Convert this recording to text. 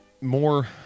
more